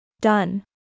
Done